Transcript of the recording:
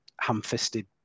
ham-fisted